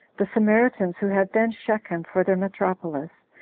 the samaritans, who had then shechem for their metropolis,